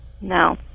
No